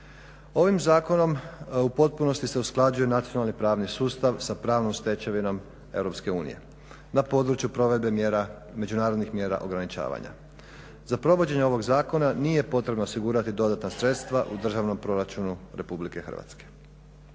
Ovim zakonom u potpunosti se usklađuje nacionalni pravni sustav sa pravnom stečevinom EU na području provedbe međunarodnih mjera ograničavanja. Za provođenje ovog zakona nije potrebno osigurati dodatna sredstva u državnom proračunu RH.